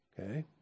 Okay